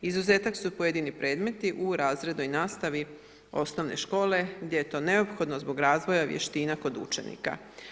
Izuzetak su pojedini predmeti u razrednoj nastavi osnovne škole gdje je to neophodno zbog razvoja vještina kod učenika.